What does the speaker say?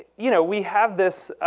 you know we have this